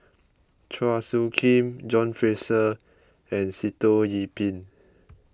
Chua Soo Khim John Fraser and Sitoh Yih Pin